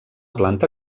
planta